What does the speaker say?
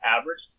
average